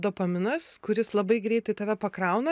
dopaminas kuris labai greitai tave pakrauna